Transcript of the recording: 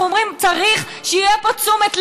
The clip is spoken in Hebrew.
אנחנו אומרים: צריך שתהיה פה תשומת לב.